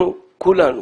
אנחנו כולנו